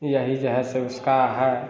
यही जो है सो उसका है